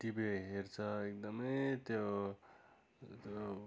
TV हेर्छ एकदमै त्यो त्यो